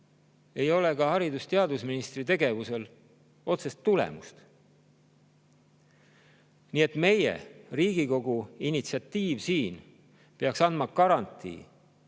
ei ole ka haridus- ja teadusministri tegevusel otsest tulemust. Nii et meie, Riigikogu initsiatiiv peaks andma garantii,